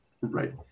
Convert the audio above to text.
Right